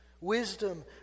Wisdom